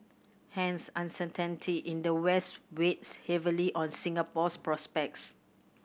hence uncertainty in the West weighs heavily on Singapore's prospects